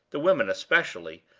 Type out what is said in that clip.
the women especially,